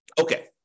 Okay